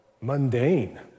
mundane